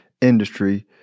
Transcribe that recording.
industry